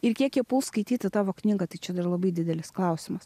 ir kiek jie puls skaityti tavo knygą tai čia dar labai didelis klausimas